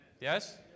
Yes